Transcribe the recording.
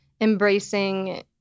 embracing